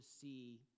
see